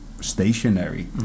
stationary